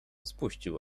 spuścił